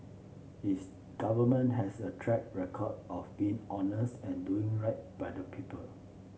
its Government has a track record of being honest and doing right by the people